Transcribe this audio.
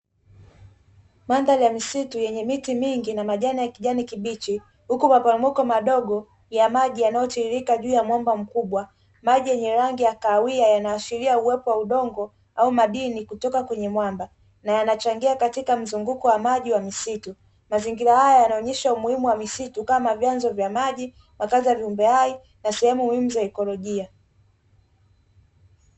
Mandhari ya misitu yenye miti mingi na majani ya kijani kibichi huku maporomoko madogo ya maji yanayotiririka juu ya mwamba mkubwa, maji yenye rangi ya kahawia yanaashiria uwepo wa udongo au madini kutoka kwenye mwamba na yanachangia katika mzunguko wa maji wa misitu, mazingira haya yanaonyesha umuhimu wa misitu kama vyanzo vya maji, makazi ya viumbe hai na sehemu muhimu za ikolojia.